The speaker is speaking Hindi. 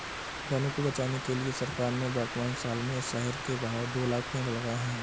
वनों को बचाने के लिए सरकार ने वर्तमान साल में शहर के बाहर दो लाख़ पेड़ लगाए हैं